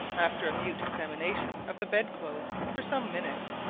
after mute examination of the bed-clothes for some minutes,